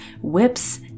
whips